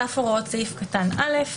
על אף הוראות סעיף קטן (א),